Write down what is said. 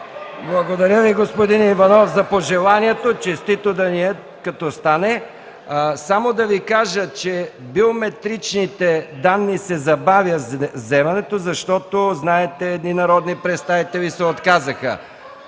Благодаря Ви, господин Иванов, за пожеланието. Честито да ни е като стане. Само да Ви кажа, вземането на биометрични данни се забавя – знаете, че някои народни представители се отказаха,